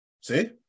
See